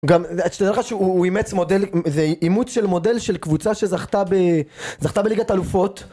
גם, שתדע לך שהוא אימץ מודל, זה אימוץ של מודל של קבוצה שזכתה בליגת האלופות